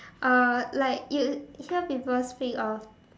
uh like you hear people speak of